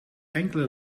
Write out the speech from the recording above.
enkele